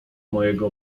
mojego